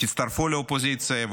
תצטרפו לאופוזיציה.